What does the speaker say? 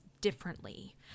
differently